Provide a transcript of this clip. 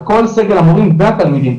את כל סגל המורים והתלמידים,